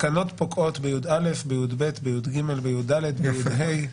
תקנות פוקעות בי"א, בי"ב, בי"ג, בי"ד, בט"ו.